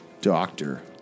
Doctor